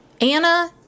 Anna